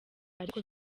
ariko